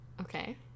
Okay